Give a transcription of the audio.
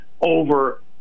over